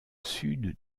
sud